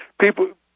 people